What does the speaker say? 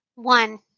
One